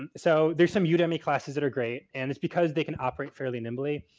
and so, there's some udemy classes that are great, and it's because they can operate fairly nimbly.